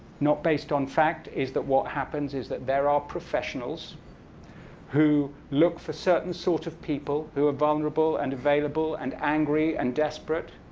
not based on fact, is that what happens is that there are professionals who look for certain sorts of people who are vulnerable and available and angry and desperate.